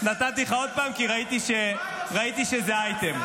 נתתי לך עוד פעם כי ראיתי שזה אייטם.